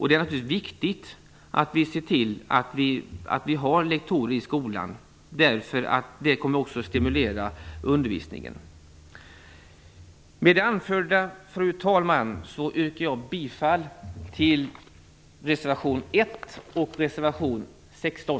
Det är naturligtvis viktigt att se till att det finns lektorer i skolan. Det stimulerar nämligen undervisningen. Fru talman! Med det anförda yrkar jag bifall till reservation 1 och 16.